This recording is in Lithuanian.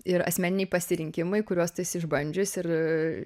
ir asmeniniai pasirinkimai kuriuos tu esi išbandžius ir